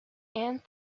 and